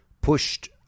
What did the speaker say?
pushed